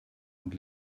und